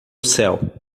céu